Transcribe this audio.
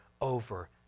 over